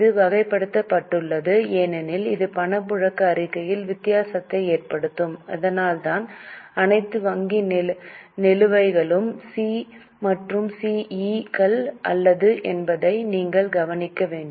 இது வகைப்படுத்தப்பட்டுள்ளது ஏனெனில் இது பணப்புழக்க அறிக்கையில் வித்தியாசத்தை ஏற்படுத்தும் அதனால்தான் அனைத்து வங்கி நிலுவைகளும் சி மற்றும் சிஇ க்கள் அல்ல என்பதை நீங்கள் கவனிக்க வேண்டும்